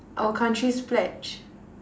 our country's pledge